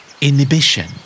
Inhibition